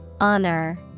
Honor